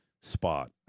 spot